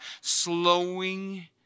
slowing